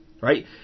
right